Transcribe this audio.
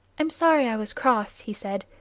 i'm sorry i was cross, he said.